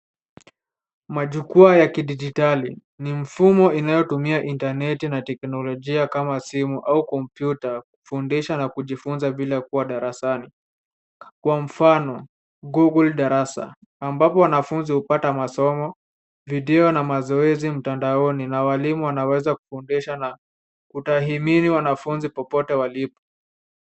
Majukwaa ya kidijitali ni mfumo inayotumia intaneti na teknolojia kama simu au kompyuta kufundisha na kujifunza bila kuwa darasani. Kwa mfano Google Darasa, ambapo wanafunzi hupata masomo, video na mazoezi mtandaoni na walimu wanaweza kufundisha na kutahini wanafunzi popte walipo.